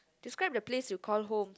describe the place you call home